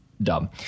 Dumb